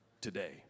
today